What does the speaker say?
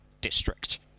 district